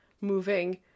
moving